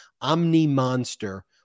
omni-monster